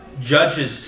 Judges